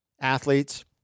athletes